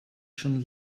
schon